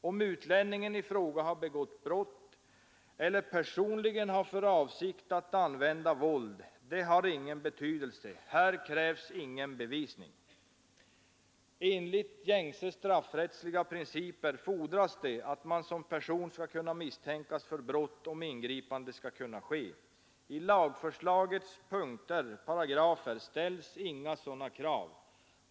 Om utlänningen i fråga har begått brott eller personligen har för avsikt att använda våld har således ingen betydelse. Här krävs ingen bevisning. Enligt gängse straffrättsliga principer fordras det att man som person skall misstänkas för brott, om ingripanden skall kunna ske. I lagförslagets paragrafer ställs inga sådana krav.